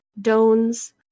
Dones